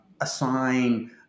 assign